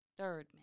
Thirdman